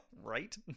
Right